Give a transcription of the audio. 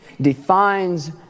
defines